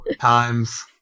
times